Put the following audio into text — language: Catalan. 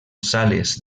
sales